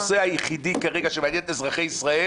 הנושא היחידי כרגע שמעניין את אזרחי ישראל